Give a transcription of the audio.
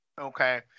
okay